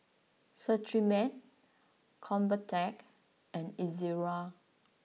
Cetrimide Convatec and Ezerra